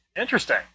Interesting